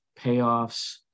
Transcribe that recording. payoffs